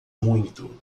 muito